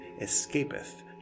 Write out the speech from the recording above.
escapeth